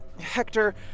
hector